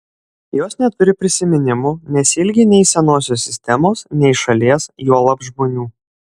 jos neturi prisiminimų nesiilgi nei senosios sistemos nei šalies juolab žmonių